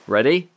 Ready